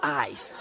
eyes